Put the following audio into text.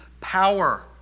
power